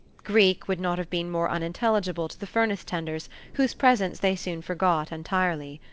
greek would not have been more unintelligible to the furnace-tenders, whose presence they soon forgot entirely.